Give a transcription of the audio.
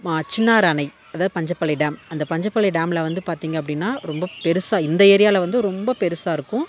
மா சின்னாறு அணை அதாவது பஞ்சப்பள்ளி டேம் அந்த பஞ்சப்பள்ளி டேம்ல வந்து பார்த்திங்க அப்படின்னா ரொம்ப பெருசாக இந்த ஏரியாவில வந்து ரொம்ப பெருசாக இருக்கும்